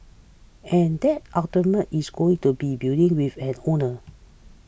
and that ultimately is going to be a building with an owner